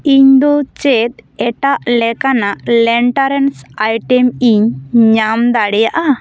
ᱤᱧ ᱫᱚ ᱪᱮᱫ ᱮᱴᱟᱜ ᱞᱮᱠᱟᱱᱟᱜ ᱞᱮᱱᱴᱟᱨᱮᱱᱥ ᱟᱭᱴᱮᱢ ᱤᱧ ᱧᱟᱢ ᱫᱟᱲᱮᱭᱟᱜᱼᱟ